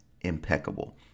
impeccable